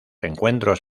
encuentros